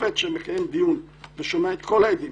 שופט שמקיים דיון ושומע את כל העדים,